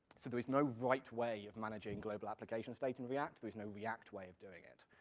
so there is no right way of managing global application state in react, there is no react way of doing it.